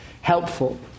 helpful